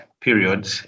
period